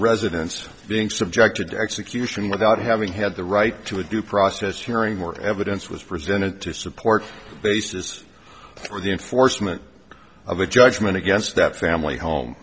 residence being subject to execution without having had the right to a due process hearing more evidence was presented to support bases for the enforcement of a judgment against that family home